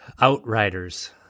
Outriders